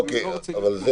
ואני לא רוצה --- יש